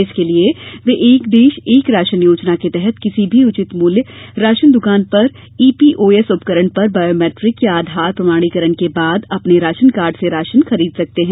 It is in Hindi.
इसके लिए वे एक देश एक राशन योजना के तहत किसी भी उचित मूल्य राशन दकान पर ईपीओएस उपकरण पर बायोमीट्रिक या आधार प्रमाणीकरण के बाद अपने राशनकार्ड से राशन खरीद सकते हैं